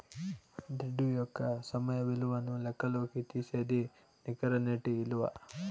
దుడ్డు యొక్క సమయ విలువను లెక్కల్లోకి తీసేదే నికర నేటి ఇలువ